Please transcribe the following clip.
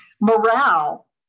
morale